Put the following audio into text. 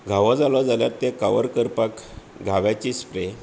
घावो जालो जाल्यार ती कवर करपाक घाव्याची स्प्रेय